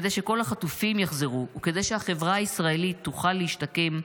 כדי שכל החטופים יחזרו וכדי שהחברה הישראלית תוכל להשתקם,